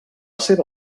seva